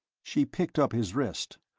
she picked up his wrist.